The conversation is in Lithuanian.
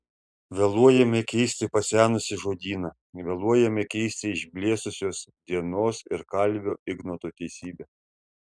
vėluojame keisti pasenusį žodyną vėluojame keisti išblėsusios dienos ir kalvio ignoto teisybę